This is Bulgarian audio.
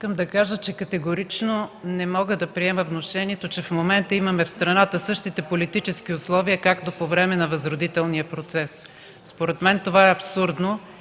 Искам да кажа, че категорично не мога да приема внушението, че в момента в страната имаме същите политически условия, както по време на Възродителния процес. Според мен това е абсурдно